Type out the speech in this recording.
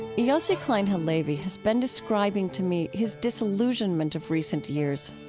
yossi klein halevi has been describing to me his disillusionment of recent years.